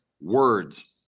words